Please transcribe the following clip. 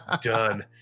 Done